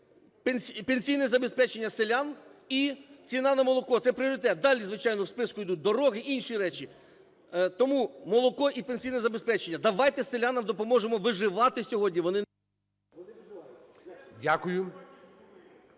пенсійне забезпечення селян і ціна на молоко – це пріоритет. Далі, звичайно, у списку йдуть дороги і інші речі. Тому молоко і пенсійне забезпечення. Ддавайте селянам допоможемо виживати сьогодні,